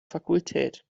fakultät